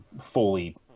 fully